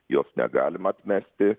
jos negalima atmesti